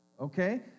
Okay